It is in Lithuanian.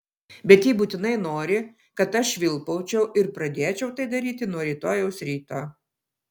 bet ji būtinai nori kad aš švilpaučiau ir pradėčiau tai daryti nuo rytojaus ryto